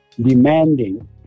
demanding